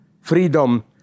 Freedom